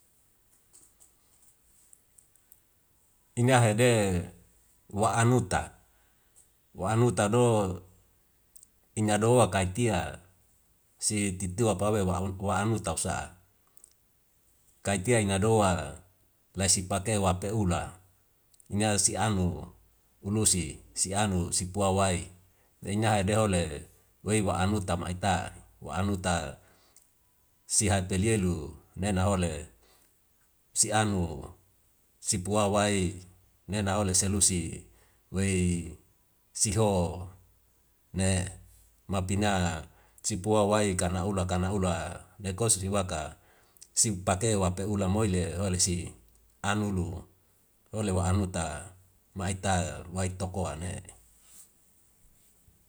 Inga hede wa anuta, wa anuta do ina doa kai tia si titiwa wape wa anutau sa kai tia inga doa laisi pake wape ula ina si anu unusi si alu si pua wai. Inga hede hole wei wa anuta ma ita, wa anuta ma ita si hak peli yelu nena hole si anu si pua wai nena hole selusi wei si ho ne mapina si pua wai karna ula kana ula nekos si waka si pake wape ula moi le ole si anulu ole wa anuta ma ita wai tokoa ne.